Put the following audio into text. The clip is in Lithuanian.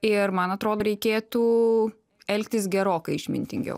ir man atrodo reikėtų elgtis gerokai išmintingiau